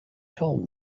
told